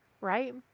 right